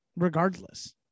Regardless